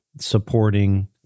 supporting